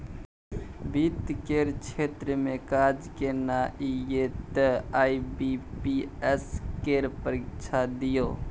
वित्त केर क्षेत्र मे काज केनाइ यै तए आई.बी.पी.एस केर परीक्षा दियौ